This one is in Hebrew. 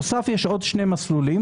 יש שני מסלולים